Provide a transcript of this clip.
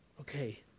Okay